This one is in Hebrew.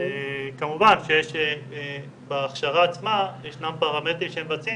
כמובן שיש בהכשרה עצמה פרמטרים שמבצעים